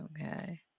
Okay